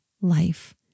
life